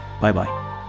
Bye-bye